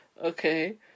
okay